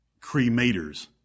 cremator's